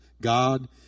God